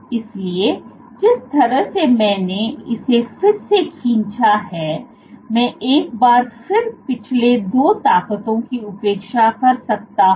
इसलिए जिस तरह से मैंने इसे फिर से खींचा है मैं एक बार फिर पिछले दो ताकतों की उपेक्षा कर सकता हूं